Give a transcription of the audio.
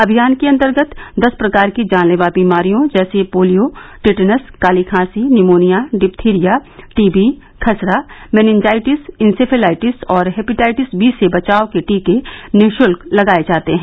अभियान के अंतर्गत दस प्रकार की जानलेवा बीमारियों जैसे पोलियो टिटनस काली खांसी निमोनिया डिप्पीरिया टी बी खसरा मेनिनजाइटिस इंसेफ्लाइटिस और हेपिटाइटिस बी से बचाव के टीके निःशुल्क लगाए जाते हैं